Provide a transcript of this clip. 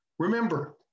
Remember